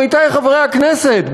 עמיתי חברי הכנסת,